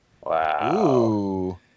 Wow